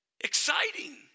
exciting